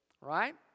right